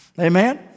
Amen